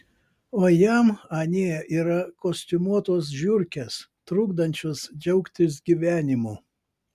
o jam anie yra kostiumuotos žiurkės trukdančios džiaugtis gyvenimu